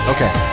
Okay